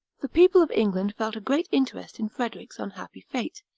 the people of england felt a great interest in frederic's unhappy fate,